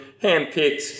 hand-picked